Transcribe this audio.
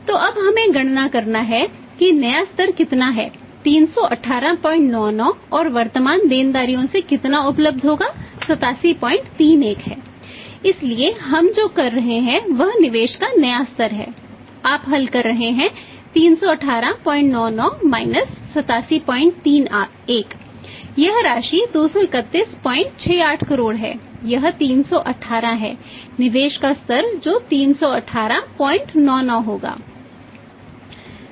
तो अब हमें गणना करना है कि नया स्तर कितना है 31899 और वर्तमान देनदारियों से कितना उपलब्ध होगा वह 8731 है इसलिए हम जो कर रहे हैं वह निवेश का नया स्तर है आप हल कर रहे हैं 31899 माइनस 8731 यह राशि 23168 करोड़ है यह 318 है निवेश का स्तर जो 31899 होगा